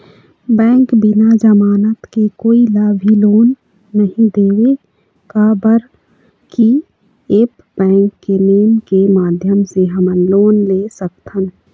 Bank बिना जमानत के कोई ला भी लोन नहीं देवे का बर की ऐप बैंक के नेम के माध्यम से हमन लोन ले सकथन?